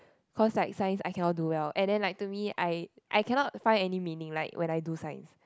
cause like science I cannot do well and then like to me I I cannot find any meaning like when I do Science